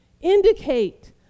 indicate